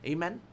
Amen